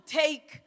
take